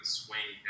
swing